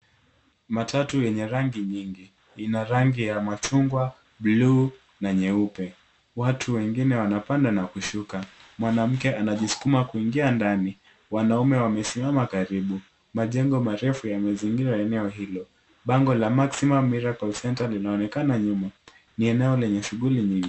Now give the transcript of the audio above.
Matatu yenye rangi nyingi ina rangi ya machungwa, manjano na nyeupe. Watu wengine wanapanda na kushuka. Mwanamke anajisukuma kuingia ndani, wanaume wamesimama karibu, majengo marefu yamezingira eneo ilo. Bango la maximum miracle centre linaonekana nyuma. Hili ni eneo lenye shughuli nyingi.